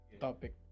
topic